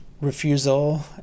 refusal